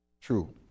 true